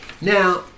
Now